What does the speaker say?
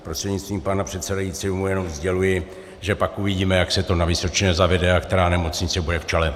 Prostřednictvím pana předsedajícího mu jenom sděluji, že pak uvidíme, jak se to na Vysočině zavede a která nemocnice bude v čele.